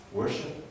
worship